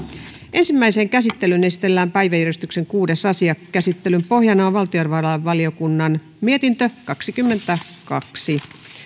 ensimmäiseen käsittelyyn esitellään päiväjärjestyksen kuudes asia käsittelyn pohjana on valtiovarainvaliokunnan mietintö kaksikymmentäkaksi